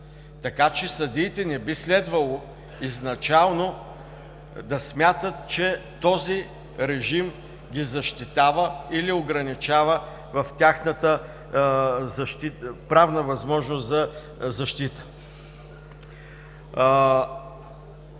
така че съдиите не би следвало изначално да смятат, че този режим ги защитава или ограничава в тяхната правна възможност за защита.